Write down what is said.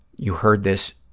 you heard this,